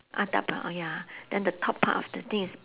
ah dark brown ah ya then the top part of the thing is